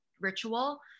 ritual